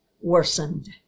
worsened